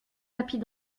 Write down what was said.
tapis